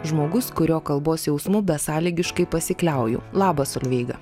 žmogus kurio kalbos jausmu besąlygiškai pasikliauju labas solveiga